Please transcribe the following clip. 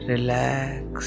Relax